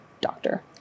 doctor